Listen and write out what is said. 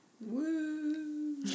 Woo